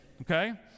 okay